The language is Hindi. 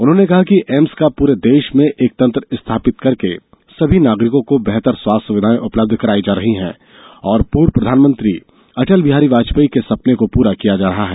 उन्होंने कहा कि एम्स का पूरे देश में एक तंत्र स्थापित करके सभी नागरिको को बेहतर स्वास्थ्य सेवाए उपलब्ध कराई जा रही हैं और पूर्व प्रधानमंत्री अटल बिहारी वाजपेयी के सपने को पूरा किया जा रहा है